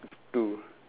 two